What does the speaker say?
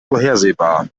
vorhersehbar